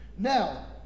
Now